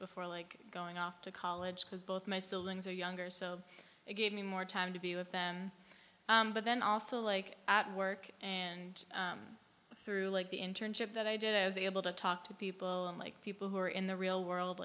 before like going off to college because both my ceilings are younger so it gave me more time to be with them but then also like at work and through like the internship that i did i was able to talk to people like people who are in the real world